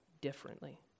differently